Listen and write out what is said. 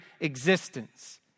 existence